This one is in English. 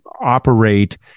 operate